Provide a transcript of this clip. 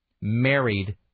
married